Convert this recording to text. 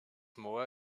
moor